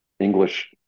English